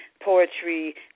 poetry